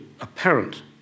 apparent